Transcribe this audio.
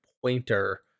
pointer